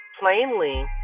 plainly